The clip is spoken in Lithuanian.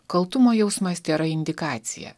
kaltumo jausmas tėra indikacija